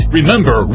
Remember